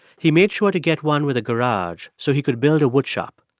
he made sure to get one with a garage so he could build a woodshop.